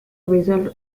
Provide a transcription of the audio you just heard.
result